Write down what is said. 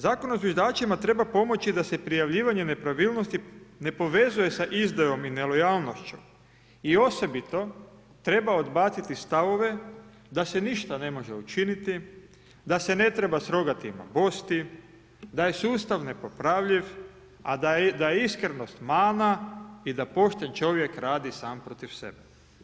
Zakon o zviždačima treba pomoći da se prijavljivanje nepravičnosti ne povezuje sa izdajom i nelojalnošću i osobito treba odbaciti stavove da se ništa ne može učiniti, da se ne treba s rogatima bosti, da je sustav nepopravljiv a da je iskrenost mana i da pošten čovjek radi sam protiv sebe.